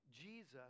Jesus